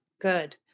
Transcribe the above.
good